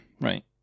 right